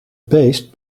beest